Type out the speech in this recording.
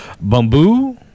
Bamboo